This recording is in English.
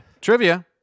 Trivia